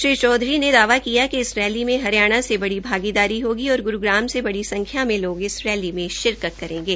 श्री चौधरी ने दावा किया इस रैली में हरियाणा से बड़ी भागीदारी होगी और ग्रूगाम से बड़ी संख्या में लोग इस रैली में शिरकत करेंगे